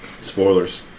spoilers